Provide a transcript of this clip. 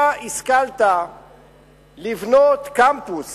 אתה השכלת לבנות קמפוס